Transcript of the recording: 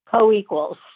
co-equals